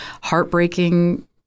heartbreaking